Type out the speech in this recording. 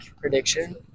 prediction